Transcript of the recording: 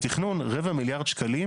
בתכנון, רבע מיליארד שקלים